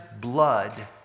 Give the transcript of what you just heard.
blood